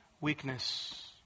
weakness